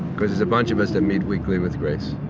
because there's a bunch of us that meet weekly with grace